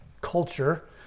culture